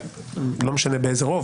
לא משנה באיזה רוב,